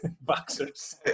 Boxers